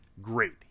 great